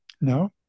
No